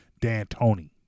D'Antoni